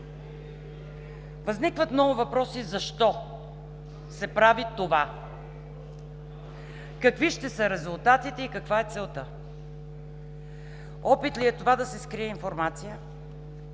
Възникват много въпроси: защо се прави това, какви ще са резултатите и каква е целта? Опит ли е това да се скрие информация,